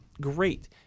Great